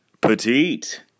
petite